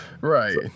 right